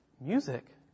music